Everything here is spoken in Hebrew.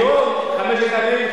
היום חמשת המ"מים,